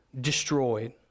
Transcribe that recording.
destroyed